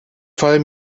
fall